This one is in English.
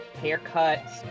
haircuts